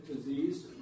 disease